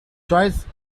choice